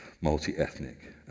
multi-ethnic